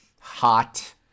hot